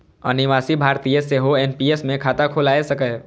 अनिवासी भारतीय सेहो एन.पी.एस मे खाता खोलाए सकैए